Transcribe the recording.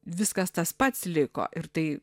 viskas tas pats liko ir tai